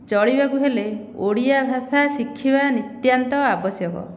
ଚଳିବାକୁ ହେଲେ ଓଡ଼ିଆ ଭାଷା ଶିଖିବା ନିତ୍ୟାନ୍ତ ଆବଶ୍ୟକ